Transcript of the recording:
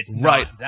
right